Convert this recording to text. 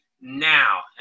now